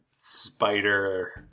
spider